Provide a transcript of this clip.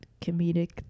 comedic